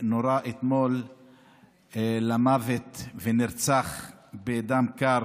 שנורה אתמול למוות ונרצח בדם קר